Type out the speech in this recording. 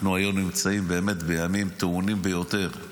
אנחנו נמצאים באמת בימים טעונים ביותר,